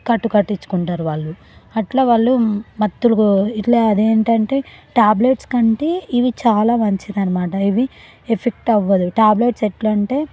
కట్టు కట్టిచ్చుకుంటారు వాళ్ళు అట్లా వాళ్ళు మత్తులు ఇట్లా అదేంటంటే ట్యాబ్లెట్స్ కంటే ఇవి చాలా మంచిదన్నమాట ఇవి ఎఫెక్ట్ అవ్వదు ట్యాబ్లెట్స్ ఎట్లంటే